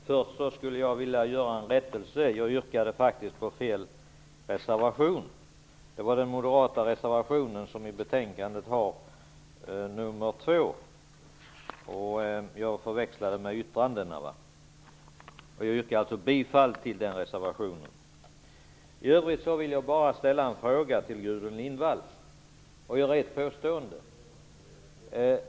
Fru talman! Jag vill först göra en rättelse. Jag yrkade faktiskt på fel reservation. Jag förväxlade den moderata reservationen nr 2 med ett av yttrandena. Jag vill i stället yrka bifall till denna reservation. Lindvall och göra ett påstående.